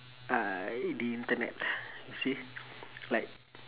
uh the internet you see like